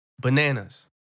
bananas